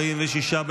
הצבעה.